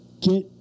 get